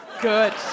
Good